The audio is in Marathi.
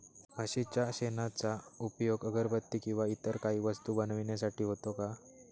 म्हशीच्या शेणाचा उपयोग अगरबत्ती किंवा इतर काही वस्तू बनविण्यासाठी होतो का?